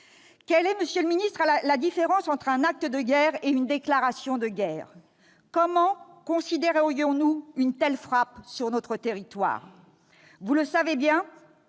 Quelle est, monsieur le ministre, la différence entre un acte de guerre et une déclaration de guerre ? Comment considérerions-nous une telle frappe sur notre territoire ? Vous le savez bien,